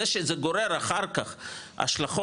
זה שזה גורר אחר כך השלכות,